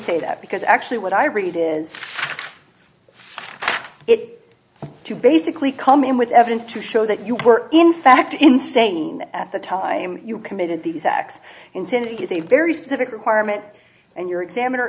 say that because actually what i read is it to basically come in with evidence to show that you were in fact in saying at the top i committed these acts intent is a very specific requirement and your examiner